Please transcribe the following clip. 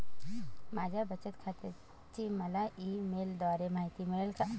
माझ्या बचत खात्याची मला ई मेलद्वारे माहिती मिळेल का?